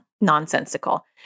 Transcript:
nonsensical